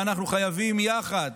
ואנחנו חייבים יחד,